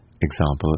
example